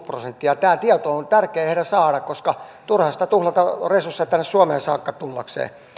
prosenttia tämä tieto on tärkeä heidän saada koska on turha tuhlata resursseja tänne suomeen saakka tullakseen